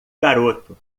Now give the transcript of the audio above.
garoto